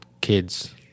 kids—